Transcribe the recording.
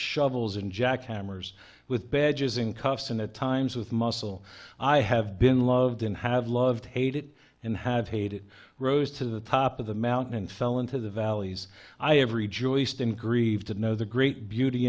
shovels and jackhammers with badges in cuffs and at times with muscle i have been loved and have loved to hate it and have hated rose to the top of the mountain and fell into the valleys i every joist and grieve to know the great beauty